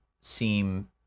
seem